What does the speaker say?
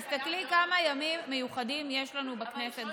תסתכלי כמה ימים מיוחדים יש לנו בכנסת.